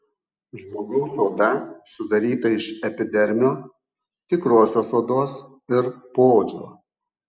žmogaus oda sudaryta iš epidermio tikrosios odos ir poodžio